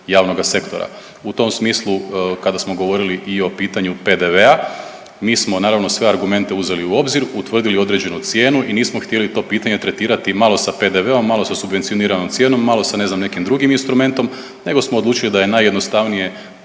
javnoga sektora. U tom smislu kada smo govorili i o pitanju PDV-a mi smo naravno sve argumente uzeli u obzir, utvrdili određenu cijenu i nismo htjeli to pitanje tretirati malo sa PDV-om, malo sa subvencioniranom cijenom, malo sa ne znam sa nekim drugim instrumentom nego smo odlučili da je najjednostavnije